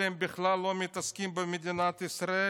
אתם בכלל לא מתעסקים במדינת ישראל,